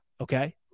Okay